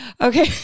Okay